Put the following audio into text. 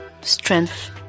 strength